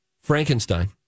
Frankenstein